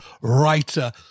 writer